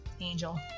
Angel